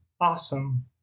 Awesome